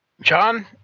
John